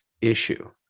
issue